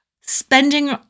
spending